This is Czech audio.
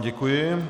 Děkuji.